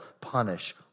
punish